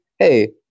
hey